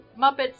Muppets